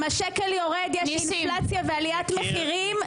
אם השקל יורד יש אינפלציה ועליית מחירים,